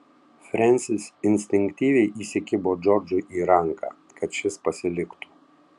frensis instinktyviai įsikibo džordžui į ranką kad šis pasiliktų